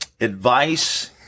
advice—